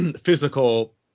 physical